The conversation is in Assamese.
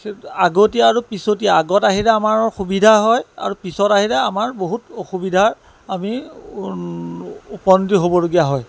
পিছত আগতীয়া আৰু পিছতীয়া আগত আহিলে আমাৰ সুবিধা হয় আৰু পিছত আহিলে আমাৰ বহুত অসুবিধাৰ আমি উপনীত হ'বলগীয়া হয়